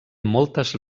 moltes